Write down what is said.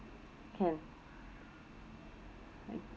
can I